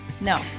no